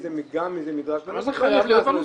איזה מדרג --- זה חייב להיות בנוסחה,